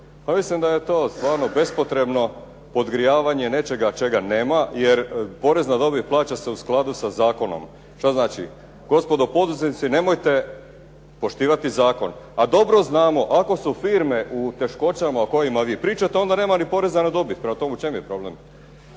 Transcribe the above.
mislim da je to stvarno bespotrebno podgrijavanje nečega čega nema jer porez na dobit plaća se u skladu sa zakonom što znači gospodo poduzetnici nemojte poštivati zakon. A dobro znamo, ako su firme u teškoćama o kojima vi pričate onda nema ni poreza na dobit. Prema tome, u čemu je problem?